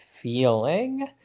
feeling